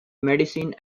medicine